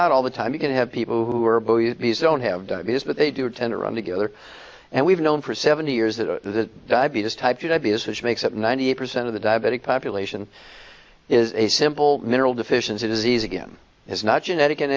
not all the time you can have people who are but don't have diabetes but they do tend to run together and we've known for seventy years that diabetes type two diabetes which makes up ninety eight percent of the diabetic population is a simple mineral deficiency disease again it's not genetic in